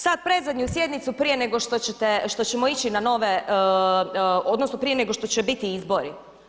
Sad predzadnju sjednicu prije nego što ćemo ići na nove odnosno prije nego što će biti izbori.